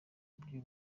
buryo